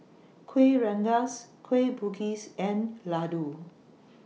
Kueh Rengas Kueh Bugis and Laddu